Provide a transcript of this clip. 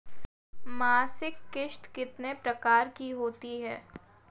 मासिक किश्त कितने प्रकार की होती है?